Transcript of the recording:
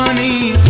a